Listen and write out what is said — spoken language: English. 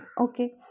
Okay